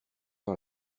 par